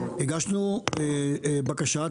הגשנו בקשה,